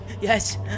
Yes